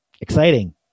Exciting